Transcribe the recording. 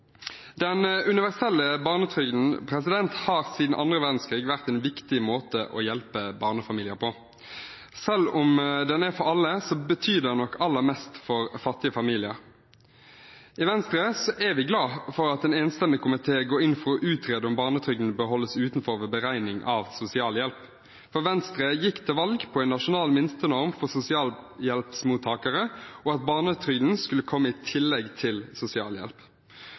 Den universelle barnetrygden har siden annen verdenskrig vært en viktig måte å hjelpe barnefamilier på. Selv om den er for alle, betyr den nok aller mest for fattige familier. I Venstre er vi glade for at en enstemmig komité går inn for å utrede om barnetrygden bør holdes utenfor ved beregning av sosialhjelp. Venstre gikk til valg på en nasjonal minstenorm for sosialhjelpsmottakere og på at barnetrygden skulle komme i tillegg til sosialhjelp.